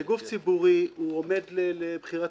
יכול להיות שהוא שווה נפש,